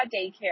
daycare